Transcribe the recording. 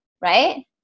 right